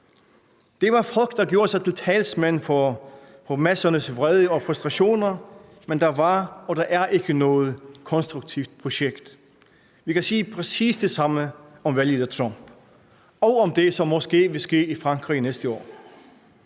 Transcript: Det var folk, der gjorde sig til talsmænd for massernes vrede og frustrationer, men der var og er ikke noget konstruktivt projekt. Vi kan sige præcis det samme om valget af Trump og om det, der måske vil ske i Frankrig næste år.